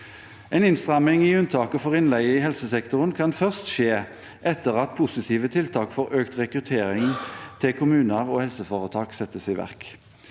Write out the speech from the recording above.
En innstramming i unntaket for innleie i helsesektoren kan først skje etter at positive tiltak for økt rekruttering til kommuner og helseforetak settes i verk.